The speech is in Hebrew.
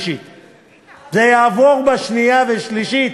והיא חשובה, והיא עברה בקריאה ראשונה.